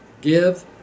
give